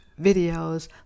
videos